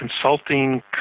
consulting